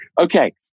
okay